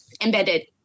embedded